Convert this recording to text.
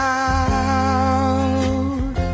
out